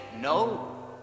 no